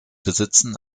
besitzen